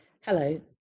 Hello